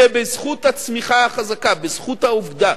שבזכות הצמיחה החזקה, בזכות העובדה